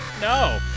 No